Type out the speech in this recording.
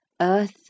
Earth